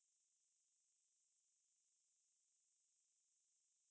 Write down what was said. ya lor I also don't quite understand like 偷这样多有什么用 lor